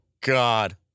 God